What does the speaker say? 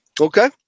okay